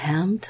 Ham